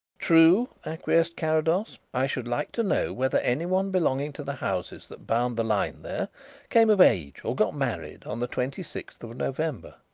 true, acquiesced carrados. i should like to know whether anyone belonging to the houses that bound the line there came of age or got married on the twenty-sixth of november.